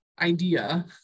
idea